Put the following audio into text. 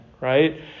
right